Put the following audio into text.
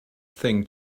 thing